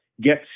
get